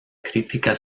crítica